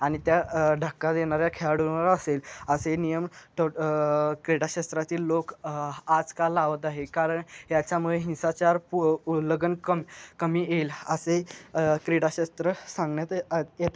आणि त्या धक्का देणाऱ्या खेळाडूंवर असेल असेल असे हे नियम टो क्रीडाक्षेत्रातील लोक आजकाल लावत आहे कारण याच्यामुळे हिंसाचार पु उल्लंघन कमी कमी येईल असे क्रीडाक्षेत्र सांगण्यात येत